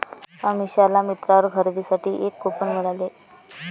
अमिषाला मिंत्रावर खरेदीसाठी एक कूपन मिळाले